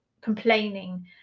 complaining